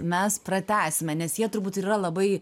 mes pratęsime nes jie turbūt ir yra labai